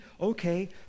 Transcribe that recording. okay